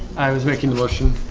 i was making the motion